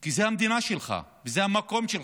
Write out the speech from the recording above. כי זו המדינה שלך וזה המקום שלך,